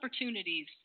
opportunities